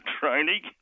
training